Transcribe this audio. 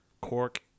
Cork